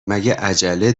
عجله